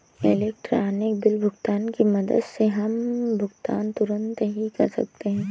electronic bill भुगतान की मदद से हम भुगतान तुरंत ही कर सकते हैं